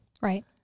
Right